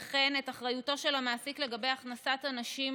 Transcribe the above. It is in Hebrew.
וכן את אחריותו של המעסיק לגבי הכנסת אנשים